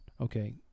Okay